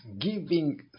Giving